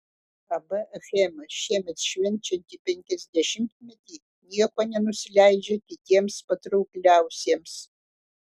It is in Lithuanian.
ab achema šiemet švenčianti penkiasdešimtmetį niekuo nenusileidžia kitiems patraukliausiems